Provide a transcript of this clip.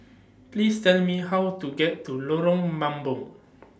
Please Tell Me How to get to Lorong Mambong